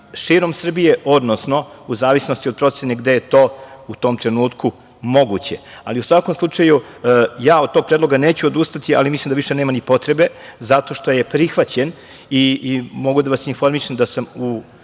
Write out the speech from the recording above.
širom Srbije, odnosno u zavisnosti od procena gde je to u tom trenutku moguće.U svakom slučaju ja od tog predloga neću odustati, ali mislim da više nema ni potrebe, zato što je prihvaćen. Mogu da vas informišem da sam u